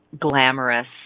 glamorous